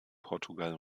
portugal